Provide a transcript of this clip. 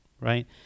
right